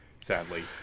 Sadly